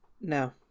No